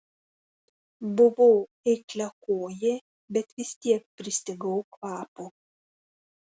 buvau eikliakojė bet vis tiek pristigau kvapo